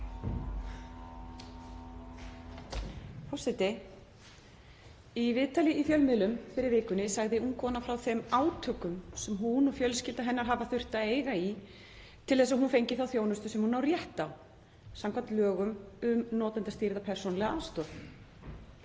Forseti. Í viðtölum í fjölmiðlum fyrr í vikunni sagði ung kona frá þeim átökum sem hún og fjölskylda hennar hafa þurft að eiga í til þess að hún fái þá þjónustu sem hún á rétt á samkvæmt lögum um notendastýrða persónulega aðstoð.